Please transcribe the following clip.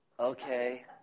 Okay